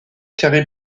carrie